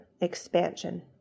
expansion